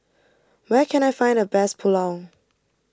where can I find the best Pulao